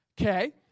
Okay